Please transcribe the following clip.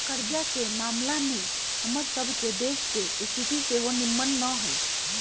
कर्जा के ममला में हमर सभ के देश के स्थिति सेहो निम्मन न हइ